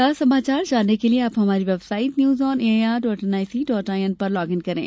ताजा समाचार जानने के लिए आप हमारी website news on A I R dot N I C dot I N पर लॉग इन करें